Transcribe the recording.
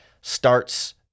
starts